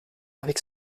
avec